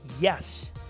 yes